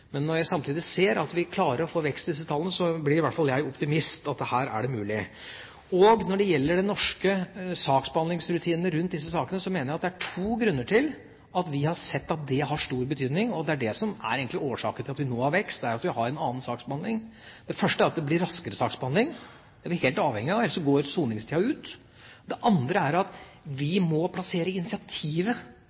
Men når jeg samtidig ser at vi klarer å få vekst i disse tallene, blir i hvert fall jeg optimist; her er det muligheter. Når det gjelder de norske saksbehandlingsrutinene rundt disse sakene, mener jeg det er to grunner til at vi har sett at det har stor betydning. Det som egentlig er årsaken til at vi nå har vekst, er at vi har en annen saksbehandling. Det første er at det blir raskere saksbehandling. Det er vi helt avhengige av, ellers går soningstida ut. Det andre er at vi må plassere initiativet